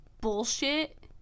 bullshit